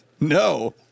No